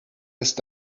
ist